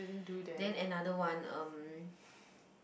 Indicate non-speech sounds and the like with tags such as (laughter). then another one um (breath)